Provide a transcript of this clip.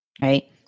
right